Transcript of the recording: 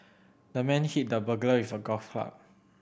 the man hit the burglar with a golf club